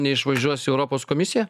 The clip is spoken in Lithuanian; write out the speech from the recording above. neišvažiuos į europos komisiją